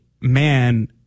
man